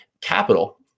capital